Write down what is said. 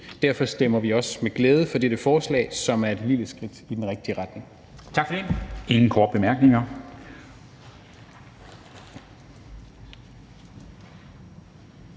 Derfor stemmer vi også med glæde for dette forslag, som er et lille skridt i den rigtige retning.